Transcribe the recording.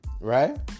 right